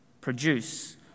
produce